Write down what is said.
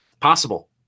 Possible